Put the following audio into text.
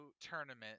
tournament